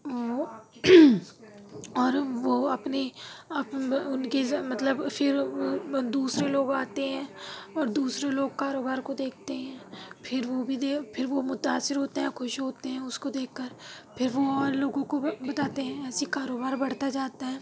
اور اور وہ اپنی اُن کی مطلب پھر دوسرے لوگ آتے ہیں اور دوسرے لوگ کاروبار کو دیکھتے ہیں پھر وہ بھی پھر ہو متأثر ہوتے ہیں خوش ہوتے ہیں اُس کو دیکھ کر پھر وہ اور لوگوں کو بتاتے ہیں ایسے سے کاروبار بڑھتا جاتا ہے